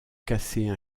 casser